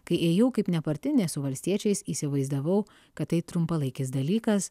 kai ėjau kaip nepartinė su valstiečiais įsivaizdavau kad tai trumpalaikis dalykas